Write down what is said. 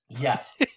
Yes